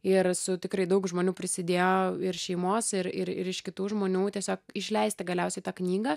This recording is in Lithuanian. ir su tikrai daug žmonių prisidėjo ir šeimos ir ir ir iš kitų žmonių tiesiog išleisti galiausiai tą knygą